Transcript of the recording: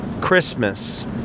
Christmas